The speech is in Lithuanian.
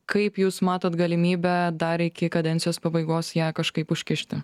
kaip jūs matot galimybę dar iki kadencijos pabaigos ją kažkaip užkišti